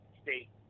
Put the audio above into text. state